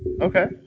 Okay